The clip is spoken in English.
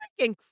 freaking